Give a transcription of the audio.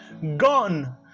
Gone